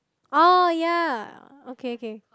oh ya okay okay